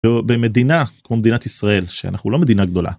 במדינה כמו מדינת ישראל - שאנחנו לא מדינה גדולה -